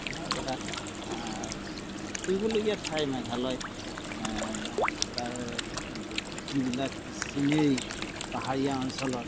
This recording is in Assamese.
এনে কথা ফুৰিবলগীয়া ঠাই মেঘালয় তাৰ যিবিলাক চিনেৰী পাহাৰীয়া অঞ্চলৰ